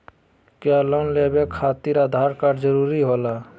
क्या लोन लेवे खातिर आधार कार्ड जरूरी होला?